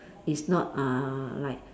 it's not uh like